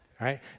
right